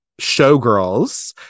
showgirls